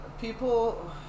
People